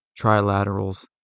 Trilaterals